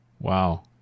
Wow